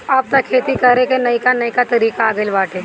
अब तअ खेती करे कअ नईका नईका तरीका आ गइल बाटे